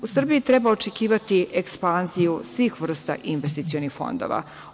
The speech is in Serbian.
U Srbiji treba očekivati ekspanziju svih vrsta investicionih fondova.